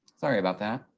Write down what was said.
sorry about that.